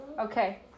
Okay